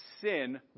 sin